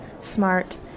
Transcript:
smart